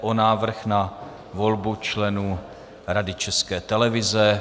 Návrh na volbu členů Rady České televize